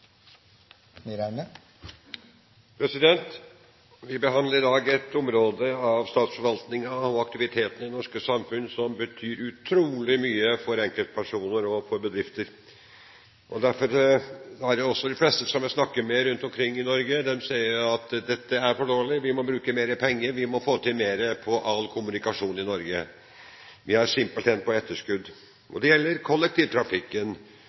Vi behandler i dag et område av statsforvaltningen og av aktiviteten i det norske samfunn som betyr utrolig mye for enkeltpersoner og for bedrifter. Derfor sier også de fleste jeg snakker med rundt omkring i Norge, at dette er for dårlig, vi må bruke mer penger, vi må få til mer på all kommunikasjon i Norge. Vi er simpelthen på etterskudd. Det gjelder kollektivtrafikken